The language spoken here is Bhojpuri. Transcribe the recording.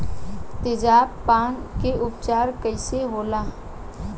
तेजाब पान के उपचार कईसे होला?